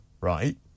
right